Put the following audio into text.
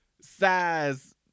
size